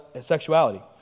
sexuality